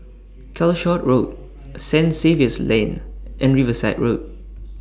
Calshot Road Saint Xavier's Lane and Riverside Road